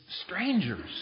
strangers